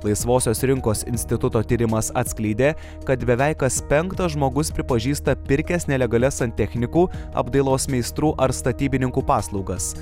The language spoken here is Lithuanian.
laisvosios rinkos instituto tyrimas atskleidė kad beveik kas penktas žmogus pripažįsta pirkęs nelegalias santechnikų apdailos meistrų ar statybininkų paslaugas